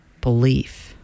belief